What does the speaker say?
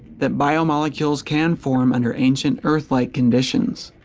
that biomolecules can form under ancient earth-like conditions.